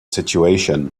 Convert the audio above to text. situation